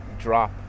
Drop